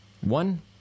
One